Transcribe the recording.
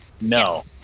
no